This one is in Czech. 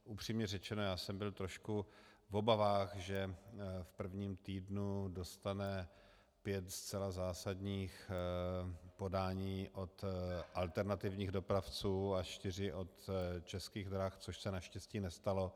Upřímně řečeno, já jsem byl trošku v obavách, že v prvním týdnu dostane pět zcela zásadních podání od alternativních dopravců a čtyři od Českých drah, což se naštěstí nestalo.